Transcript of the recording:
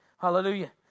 Hallelujah